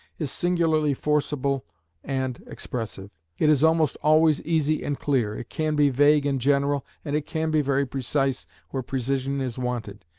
is singularly forcible and expressive. it is almost always easy and clear it can be vague and general, and it can be very precise where precision is wanted.